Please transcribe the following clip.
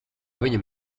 viņam